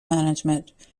management